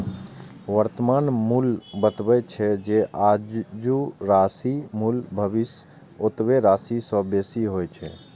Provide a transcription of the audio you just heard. वर्तमान मूल्य बतबै छै, जे आजुक राशिक मूल्य भविष्यक ओतबे राशि सं बेसी होइ छै